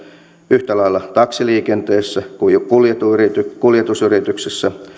yhtä lailla taksiliikenteessä kuin kuljetusyrityksissä